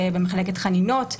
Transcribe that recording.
במחלקת חנינות,